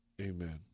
amen